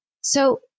So-